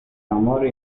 amor